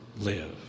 live